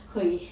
会